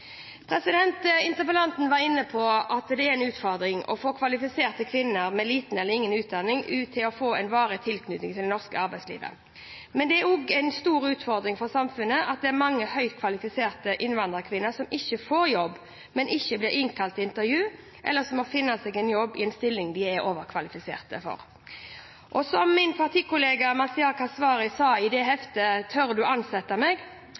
en utfordring å få kvalifisert kvinner med liten eller ingen utdanning til å få en varig tilknytning til det norske arbeidslivet. Men det er også en stor utfordring for samfunnet at det er mange høyt kvalifiserte innvandrerkvinner som ikke får jobb, som ikke blir innkalt til intervju, eller som må finne seg en jobb som de er overkvalifiserte for. Som min partikollega Mazyar Keshvari sier i heftet Tør du ansette meg?